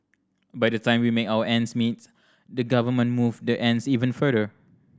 by the time we make out ends meet the government move the ends even further